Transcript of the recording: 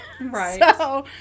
right